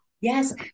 Yes